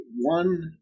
one